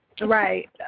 Right